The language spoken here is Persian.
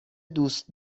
دوست